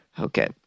Okay